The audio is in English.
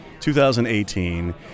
2018